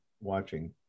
watching